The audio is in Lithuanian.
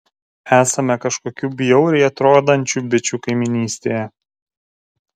esame kažkokių bjauriai atrodančių bičų kaimynystėje